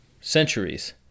centuries